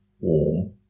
warm